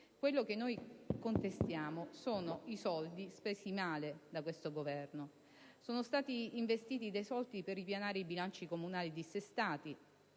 quello che noi contestiamo sono i soldi spesi male da questo Governo: sono stati investiti dei soldi per ripianare i bilanci comunali dissestati,